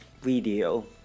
video